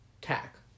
tack